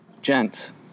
gents